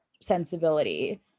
sensibility